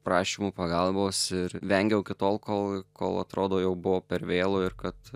prašymų pagalbos ir vengiau iki tol kol kol atrodo jau buvo per vėlu ir kad